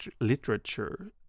literature